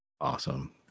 Awesome